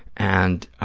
and